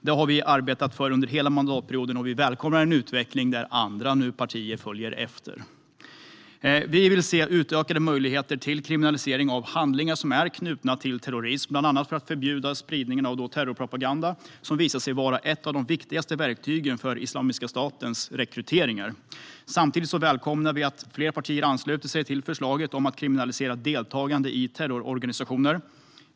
Det har vi arbetat för under hela mandatperioden, och vi välkomnar en utveckling där nu andra partier följer efter. Vi vill se utökade möjligheter till kriminalisering av handlingar som är knutna till terrorism. Det handlar bland annat om att förbjuda spridning av terrorpropaganda, som visat sig vara ett av de viktigaste verktygen för Islamiska statens rekryteringar. Samtidigt välkomnar vi att fler partier ansluter sig till förslaget om att kriminalisera deltagande i terrororganisationer.